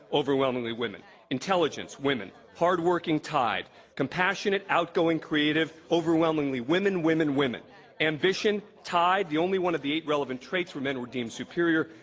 overwhelmingly women intelligence, women hard working tied compassionate, outgoing, creative, overwhelmingly women, women, women ambition, tied. the only one of the eight relevant traits where men were deemed superior,